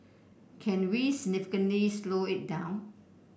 can we significantly slow it down